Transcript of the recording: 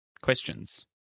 questions